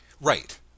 Right